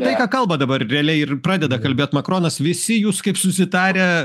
tai ką kalba dabar realiai ir pradeda kalbėt makronas visi jūs kaip susitarę